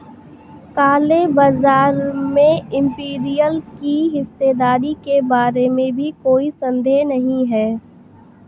काले बाजार में इंपीरियल की हिस्सेदारी के बारे में भी कोई संदेह नहीं है